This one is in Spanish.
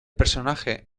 personaje